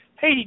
Hey